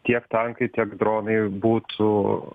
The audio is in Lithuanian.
tiek tankai tiek dronai būtų